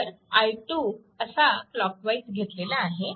तर i2 असा clockwise घेतलेला आहे